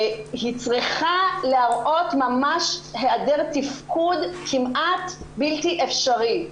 היא צריכה להראות ממש היעדר תפקוד כמעט בלתי אפשרי.